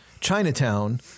Chinatown